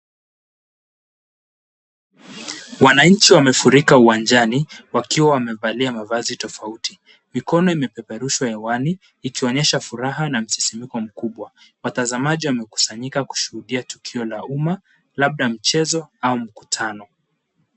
Wananchi wamefurika uwanjani wakiwa wamevalia mavazi tofauti. Mikono imepeperushwa hewani ikionyesha furaha na msisimko mkubwa. Watazamaji wamekusanyika kushuhudia tukio la umma labda mchezo au mkutano.